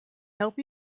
help